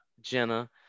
Jenna